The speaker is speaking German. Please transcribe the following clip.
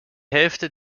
hälfte